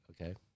Okay